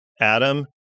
Adam